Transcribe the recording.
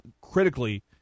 critically